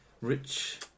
Rich